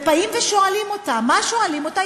ובאים ושואלים אותה, מה שואלים אותה?